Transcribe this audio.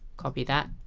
copy that,